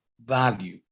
value